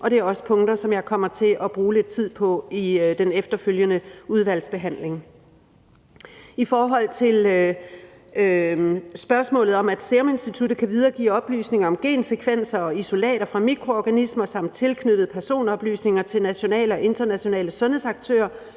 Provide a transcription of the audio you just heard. det er også punkter, som jeg kommer til at bruge lidt tid på i den efterfølgende udvalgsbehandling. I forhold til spørgsmålet om, at Seruminstituttet kan videregive oplysninger om gensekvenser og isolater fra mikroorganismer samt tilknyttede personoplysninger til nationale og internationale sundhedsaktører,